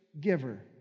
giver